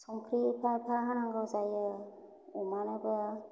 संख्रि एफा एफा होनांगौ जायो अमानोबो